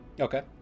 Okay